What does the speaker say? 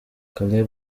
caleb